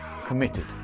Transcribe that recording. committed